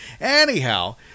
Anyhow